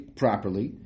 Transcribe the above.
properly